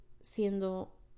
siendo